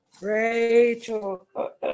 Rachel